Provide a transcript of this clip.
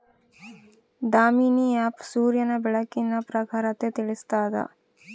Damini app ಸೂರ್ಯನ ಬೆಳಕಿನ ಪ್ರಖರತೆ ತಿಳಿಸ್ತಾದ